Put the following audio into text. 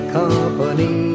company